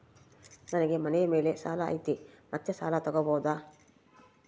ನನಗೆ ಮನೆ ಮೇಲೆ ಸಾಲ ಐತಿ ಮತ್ತೆ ಸಾಲ ತಗಬೋದ?